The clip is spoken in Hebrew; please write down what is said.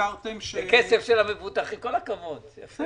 הזכרתם- -- עוד